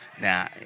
Now